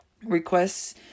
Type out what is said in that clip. Requests